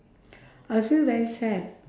I'll feel very sad